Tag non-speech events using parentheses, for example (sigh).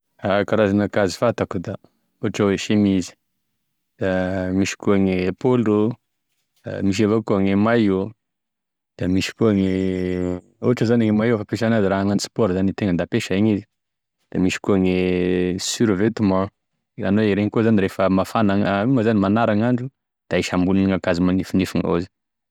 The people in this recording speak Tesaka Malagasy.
E karazana ankajo fantako moa zany da ohatra hoe e semizy, da (hesitation) misy koa gny polo, da avao koa ny maillot, da misy koa ny (hesitation) ohatra zany e maillot moa zany e fampisagnenazy da raha agnano sport zany itegna da ampiasaigny izy ,da misy koa e survetement, izany hoe ireny koa zany refa hoe mafana- ino moa zany magnara gn'andro da ahisy ambonin'e ankajo manifinify gnao izy.